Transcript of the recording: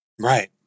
Right